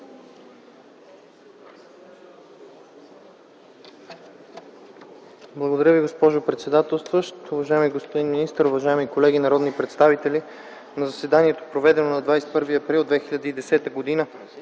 Благодаря Ви, госпожо председателстващ. Уважаеми господин министър, уважаеми колеги народни представители! „На заседанието, проведено на 21 април 2010 г.,